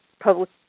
public